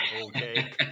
okay